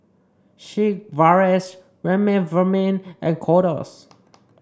Sigvaris Remifemin and Kordel's